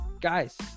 guys